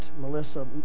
Melissa